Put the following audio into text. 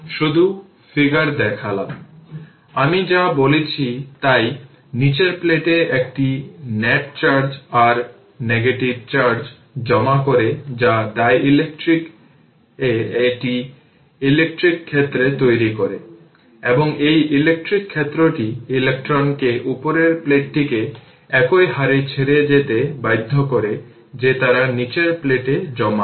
সুতরাং 05 হেনরি ইন্ডাক্টরে stored initial energy হল half L I0 L 0 square